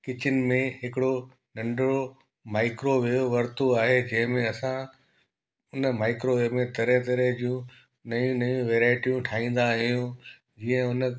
kitchen में हिकिड़ो नंढिड़ो माइक्रोवेव वरितो आहे जंहिंमें असां उन माइक्रोवेव में तरह तरह जूं नयूं नयूं वैराइटियूं ठाहींदा आहियूं जीअं हुन